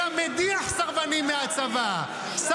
--- קרעי,